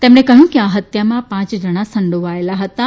તેમણે કહ્યું કે આ હત્યામાં પાંચ જણાં સંડોવાયેલા હતાં